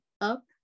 up